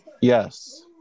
yes